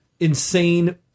insane